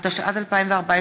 התשע"ד 2014,